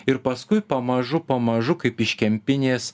ir paskui pamažu pamažu kaip iš kempinės